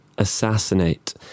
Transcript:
assassinate